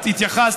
את התייחסת,